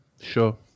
Sure